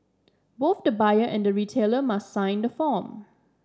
both the buyer and the retailer must sign the form